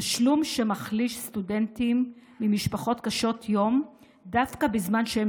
תשלום שמחליש סטודנטים ממשפחות קשות יום דווקא בזמן שהם